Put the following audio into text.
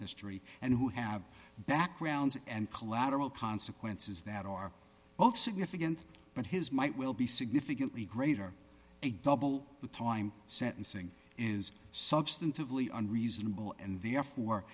history and who have backgrounds and collateral consequences that are both significant and his might will be significantly greater a double time sentencing is substantively unreasonable and therefore